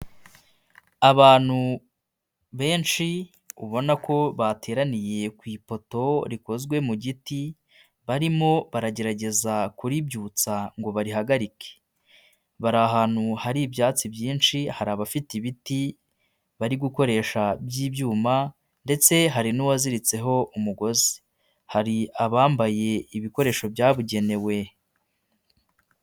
Abantu benshi ubona ko bateraniye ku ipoto rikozwe mu giti barimo baragerageza kuribyutsa ngo barihagarike. Bari ahantu hari ibyatsi byinshi, hari abafite ibiti bari gukoresha by'ibyuma ndetse hari n'uwaziritseho umugozi. Hari abambaye ibikoresho byabugenewe.